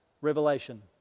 revelation